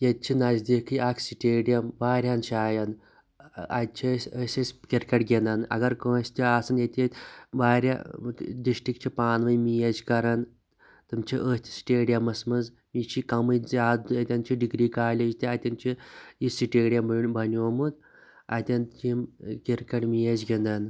ییٚتہِ چھُ نٔزدیٖکھٕے اَکھ سِٹیڈِیَم وارِیاہَن جایَن اَتہِ چھُ أسۍ أسۍ ٲسۍ کِرکٹ گِنٛدَن اَگَر کٲنٛسہِ چھُ آسان ییٚتہِ وارِیاہ ڈِسٹرک چھِ پانٕوٲنۍ میچ کَران تِم چھِ اَتھ سِٹیڈمَس منٛز یہِ چھُ کَمٕے زیادٕ ییٚتٮ۪ن چھُ ڈِگری کالیج تہِ اَتیٚن چھُ یہِ سِٹیڈِیَم بَنیٛومُت اَتیٚن چھُ یِم کِرکَٹ میچ گِنٛدان